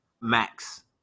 max